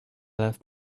left